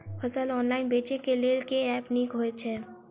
फसल ऑनलाइन बेचै केँ लेल केँ ऐप नीक होइ छै?